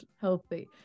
healthy